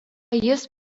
jis